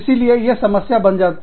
इसीलिए यह समस्या बन जाती